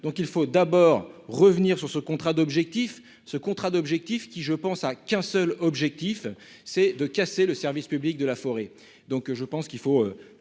donc, il faut d'abord revenir sur ce contrat d'objectifs, ce contrat d'objectifs qui je pense a qu'un seul objectif, c'est de casser le service public de la forêt, donc je pense qu'il faut